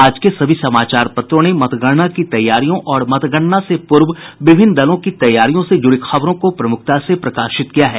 आज के सभी समाचार पत्रों ने मतगणना की तैयारियों और मतगणना से पूर्व विभिन्न दलों की तैयारियों से जुड़ी खबरों को प्रमुखता से प्रकाशित किया है